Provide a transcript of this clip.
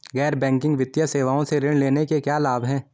गैर बैंकिंग वित्तीय सेवाओं से ऋण लेने के क्या लाभ हैं?